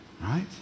Right